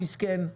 מסכן,